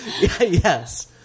Yes